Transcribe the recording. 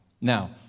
Now